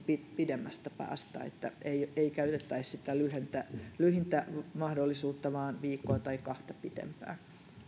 pidemmästä päästä eikä käytettäisi sitä lyhintä lyhintä mahdollisuutta vaan viikkoa tai kahta pitempää